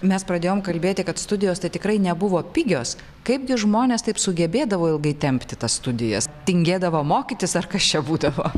mes pradėjom kalbėti kad studijos tai tikrai nebuvo pigios kaipgi žmonės taip sugebėdavo ilgai tempti tas studijas tingėdavo mokytis ar kas čia būdavo